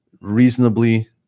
reasonably